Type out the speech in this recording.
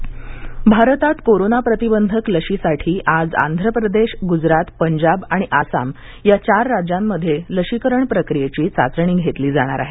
लसीकरण चाचणी भारतात कोरोना प्रतिबंधक लशीसाठी आज आंध्र प्रदेश गुजरात पंजाब आणि आसाम या चार राज्यांमध्ये लशीकरण प्रक्रियेची चाचणी घेतली जाणार आहे